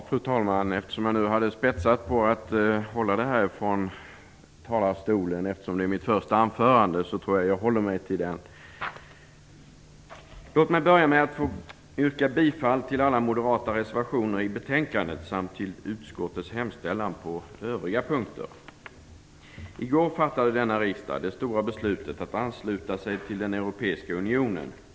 Fru talman! Eftersom jag nu hade bespetsat mig på att hålla mitt anförande från talarstolen - det här är mitt första anförande - tror jag att jag ändå gör det. Låt mig börja med att yrka bifall till alla moderata reservationer i betänkandet samt till utskottets hemställan på övriga punkter. I går fattade denna riksdag det stora beslutet att ansluta sig till Europeiska unionen.